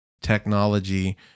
technology